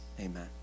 amen